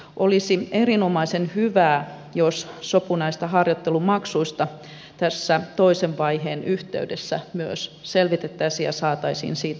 olisi erinomaisen hyvä jos sopu näistä harjoittelumaksuista tässä toisen vaiheen yhteydessä myös selvitettäisiin ja saataisiin siitä sopu